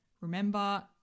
Remember